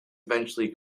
eventually